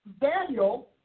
Daniel